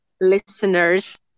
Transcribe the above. listeners